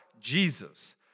Jesus